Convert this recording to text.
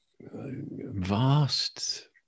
vast